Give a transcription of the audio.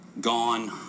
gone